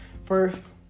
First